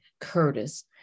Curtis